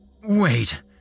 Wait